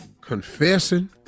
confessing